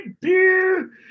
beer